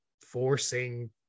forcing